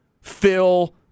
Phil